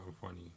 funny